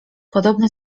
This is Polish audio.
podobne